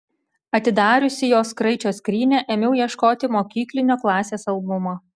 atidariusi jos kraičio skrynią ėmiau ieškoti mokyklinio klasės albumo